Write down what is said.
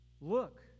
Look